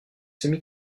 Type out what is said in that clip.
semi